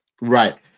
Right